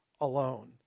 alone